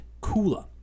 cooler